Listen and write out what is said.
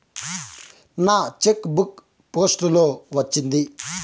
నా cheque book post లో వచ్చింది